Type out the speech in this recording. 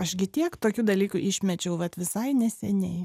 aš gi tiek tokių dalykų išmečiau vat visai neseniai